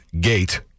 gate